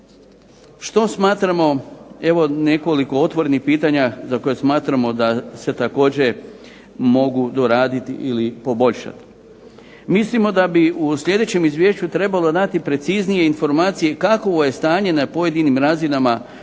Što smatramo, evo nekoliko otvorenih pitanja za koje smatramo da se također mogu doraditi ili poboljšati. Mislimo da bi u sljedećem izvješću trebalo dati preciznije informacije i kakvo je stanje na pojedinim razinama nositelja